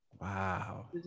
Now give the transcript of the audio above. wow